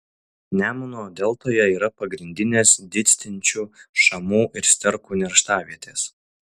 nemuno deltoje yra pagrindinės didstinčių šamų ir sterkų nerštavietės